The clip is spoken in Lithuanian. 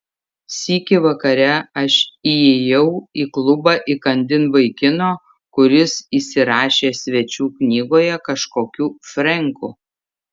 sykį vakare aš įėjau į klubą įkandin vaikino kuris įsirašė svečių knygoje kažkokiu frenku